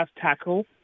tackle